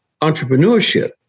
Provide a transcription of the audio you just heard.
entrepreneurship